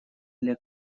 для